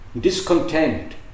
discontent